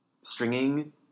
stringing